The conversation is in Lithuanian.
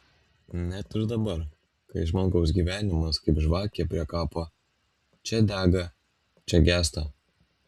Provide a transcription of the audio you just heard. net ir dabar kai žmogaus gyvenimas kaip žvakė prie kapo čia dega čia gęsta